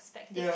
ya